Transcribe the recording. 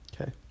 Okay